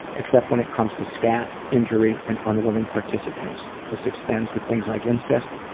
except when it comes to scat, injury and unwilling participants. this extends to things like incest,